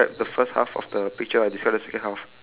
okay how about how about this we describe